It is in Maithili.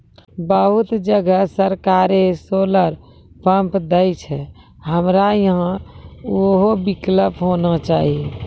बहुत जगह सरकारे सोलर पम्प देय छैय, हमरा यहाँ उहो विकल्प होना चाहिए?